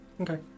Okay